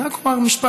אני רק אומר משפט.